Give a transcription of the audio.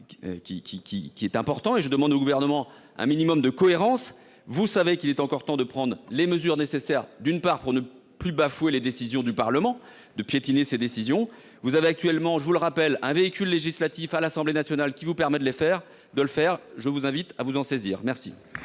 qui est important et je demande au gouvernement un minimum de cohérence. Vous savez qu'il est encore temps de prendre les mesures nécessaires, d'une part pour ne plus bafouer les décisions du Parlement de piétiner ces décisions. Vous avez actuellement je vous le rappelle, un véhicule législatif à l'Assemblée nationale qui vous permet de les faire de le faire. Je vous invite à vous en saisir. Merci.